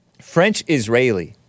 French-Israeli